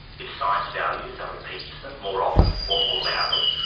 if science values are repeated to them more often or more loudly?